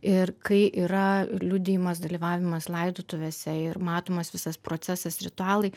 ir kai yra liudijimas dalyvavimas laidotuvėse ir matomas visas procesas ritualai